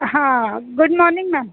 हा good morning ma'am